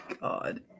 God